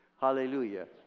Hallelujah